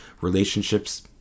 relationships